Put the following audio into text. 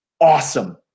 awesome